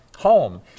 home